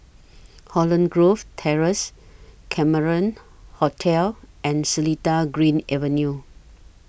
Holland Grove Terrace Cameron Hotel and Seletar Green Avenue